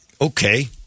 Okay